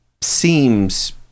seems